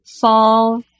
fall